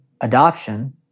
adoption